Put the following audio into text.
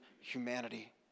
humanity